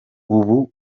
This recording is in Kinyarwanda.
ubu